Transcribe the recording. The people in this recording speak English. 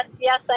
yes